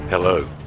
Hello